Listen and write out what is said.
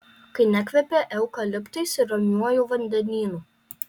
kai nekvepia eukaliptais ir ramiuoju vandenynu